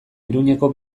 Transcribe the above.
iruñeko